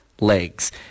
Legs